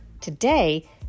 Today